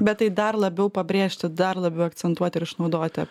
bet tai dar labiau pabrėžti dar labiau akcentuoti ir išnaudoti